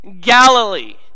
Galilee